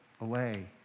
away